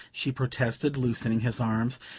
she protested, loosening his arms.